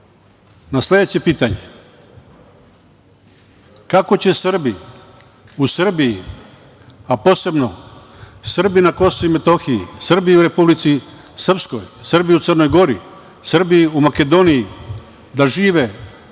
na sledeće pitanje – kako će Srbi u Srbiji, a posebno Srbi na Kosovu i Metohiji, Srbi u Republici Srpskoj, Srbi u Crnoj Gori, Srbi u Makedoniji da žive narednih